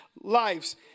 lives